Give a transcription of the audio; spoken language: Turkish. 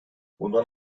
bundan